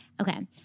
Okay